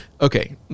Okay